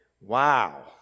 wow